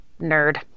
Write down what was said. nerd